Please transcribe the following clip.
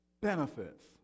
benefits